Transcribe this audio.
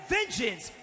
Vengeance